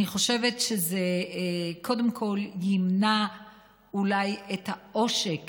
אני חושבת שזה קודם כול ימנע אולי את העושק